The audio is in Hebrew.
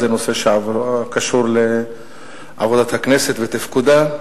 זה נושא שקשור לעבודת הכנסת ולתפקודה.